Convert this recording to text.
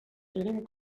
eren